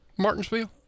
Martinsville